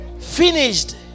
finished